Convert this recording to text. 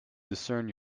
discern